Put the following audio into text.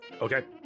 okay